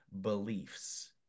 beliefs